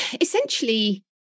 essentially